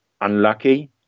unlucky